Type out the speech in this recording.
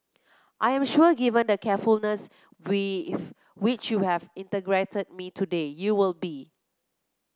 I am sure given the carefulness with which you have interrogated me today you will be